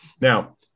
Now